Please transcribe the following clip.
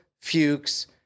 fuchs